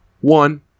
One